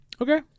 Okay